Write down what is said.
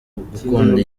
gukunda